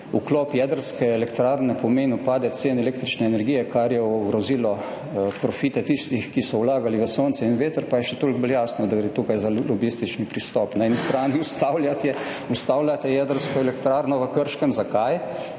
vklop jedrske elektrarne pomenil padec cen električne energije, kar je ogrozilo profite tistih, ki so vlagali v sonce in veter, pa je še toliko bolj jasno, da gre tukaj za lobistični pristop. Na eni strani ustavljate jedrsko elektrarno v Krškem. Zakaj?